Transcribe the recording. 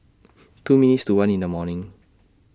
two minutes to one in The morning